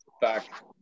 back